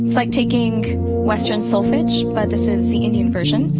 like taking western solfege, but this is the indian version.